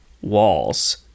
walls